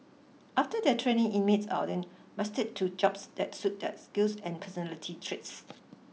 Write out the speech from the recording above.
after their training inmates are then matched to jobs that suit their skills and personality traits